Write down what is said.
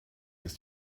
ist